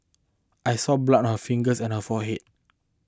I saw blood on her fingers and on her forehead